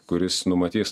kuris numatys